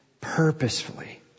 purposefully